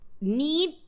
need